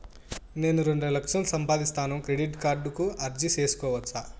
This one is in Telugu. నేను రెండు లక్షలు సంపాదిస్తాను, క్రెడిట్ కార్డుకు అర్జీ సేసుకోవచ్చా?